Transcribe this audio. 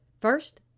First